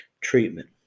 treatment